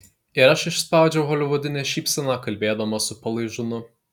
ir aš išspaudžiau holivudinę šypseną kalbėdamas su palaižūnu